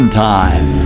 time